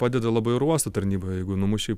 padeda labai oro uosto tarnyba jeigu numušei